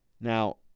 Now